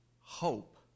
hope